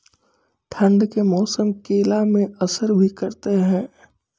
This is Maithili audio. ठंड के मौसम केला मैं असर भी करते हैं?